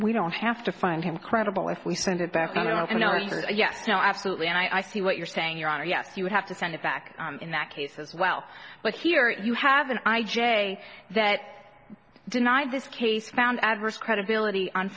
we don't have to find him credible if we send it back and i think yes absolutely and i see what you're saying your honor yes you would have to send it back in that case as well but here you have an i j that denied this case found adverse credibility on